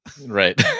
Right